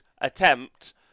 attempt